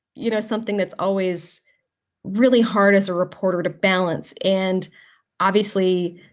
you know, something that's always really hard as a reporter to balance. and obviously,